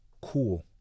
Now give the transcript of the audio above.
Cool